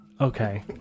okay